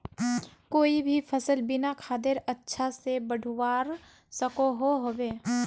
कोई भी सफल बिना खादेर अच्छा से बढ़वार सकोहो होबे?